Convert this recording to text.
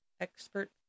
expert